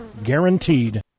guaranteed